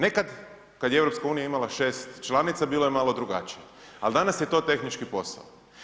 Nekad kada je EU imala 6 članica bilo je malo drugačije, ali danas je to tehnički posao.